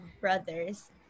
brothers